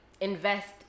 invest